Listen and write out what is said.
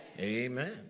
Amen